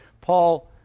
Paul